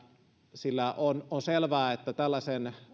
sillä on on selvää että tällaisen